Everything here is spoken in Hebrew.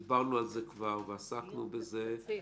תצהיר.